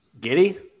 Giddy